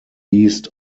east